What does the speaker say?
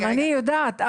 אני יודעת.